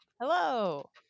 Hello